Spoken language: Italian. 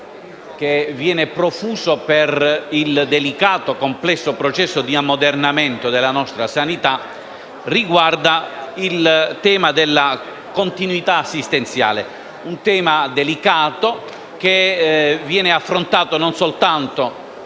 che viene profuso per il delicato, complesso processo di ammodernamento della nostra sanità riguarda il tema della continuità assistenziale. È un tema delicato, che viene affrontato non soltanto